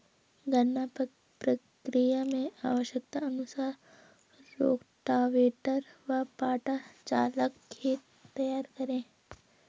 गन्ना प्रक्रिया मैं आवश्यकता अनुसार रोटावेटर व पाटा चलाकर खेत तैयार करें